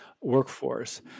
workforce